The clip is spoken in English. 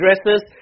addresses